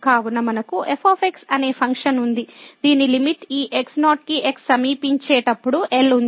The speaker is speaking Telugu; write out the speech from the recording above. కావున మనకు f అనే ఫంక్షన్ ఉంది దీని లిమిట్ ఈ x0 కి x సమీపించేటప్పుడు L ఉంది